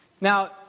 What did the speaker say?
Now